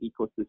ecosystem